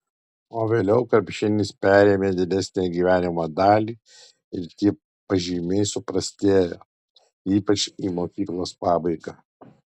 o vėliau krepšinis perėmė didesnę gyvenimo dalį ir tie pažymiai suprastėjo ypač į mokyklos pabaigą